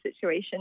situation